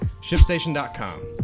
ShipStation.com